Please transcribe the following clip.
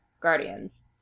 Guardians